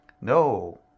No